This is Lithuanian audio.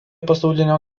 pasaulinio